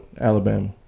Alabama